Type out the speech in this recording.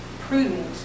prudent